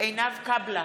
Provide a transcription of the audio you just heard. עינב קאבלה,